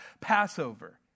Passover